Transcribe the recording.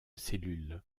cellule